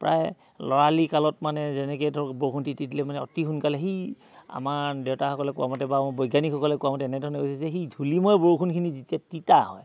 প্ৰায় ল'ৰালি কালত মানে যেনেকৈ ধৰক বৰষুণ তিতিলে মানে অতি সোনকালে সেই আমাৰ দেউতাসকলে কোৱামতে বা বৈজ্ঞানীকসকলে কোৱা মতে এনেধৰণে হৈছে যে সেই ধূলিময় বৰষুণখিনি যেতিয়া তিতা হয়